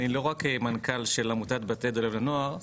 אני לא רק מנכ"ל עמותת בתי דולב לנוער,